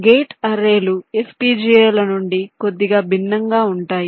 gate అర్రేలు FPGA ల నుండి కొద్దిగా భిన్నంగా ఉంటాయి